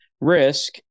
risk